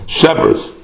shepherds